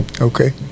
okay